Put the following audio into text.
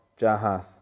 Jahath